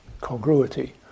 congruity